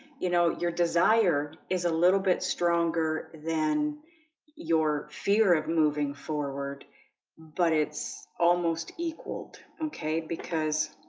you know, your desire is a little bit stronger than your fear of moving forward but it's almost equalled. okay, because